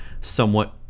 somewhat